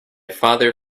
father